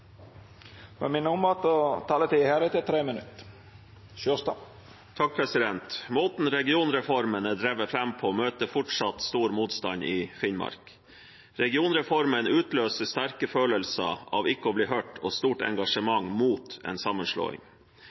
Måten regionreformen er drevet fram på, møter fortsatt stor motstand i Finnmark. Regionreformen utløser sterke følelser av ikke å bli hørt og stort engasjement mot en sammenslåing.